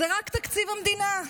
זה רק תקציב המדינה,